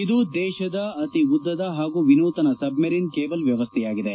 ಇದು ದೇತದ ಅತಿ ಉದ್ದದ ಹಾಗೂ ವಿನೂತನ ಸಬ್ಮೆರಿನ್ ಕೇಬಲ್ ವ್ಯವಸ್ಥೆಯಾಗಿದೆ